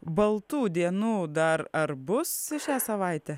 baltų dienų dar ar bus šią savaitę